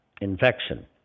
infection